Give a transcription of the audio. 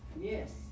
Yes